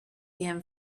again